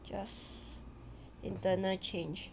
just internal change